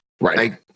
right